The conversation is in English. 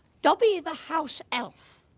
dobby the house-elf.